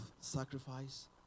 sacrifice